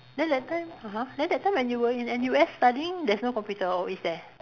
then that time (uh huh) then that time when you were in N_U_S studying there's no computer or is there